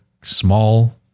small